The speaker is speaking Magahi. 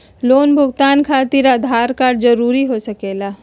लोन भुगतान खातिर आधार कार्ड जरूरी हो सके ला?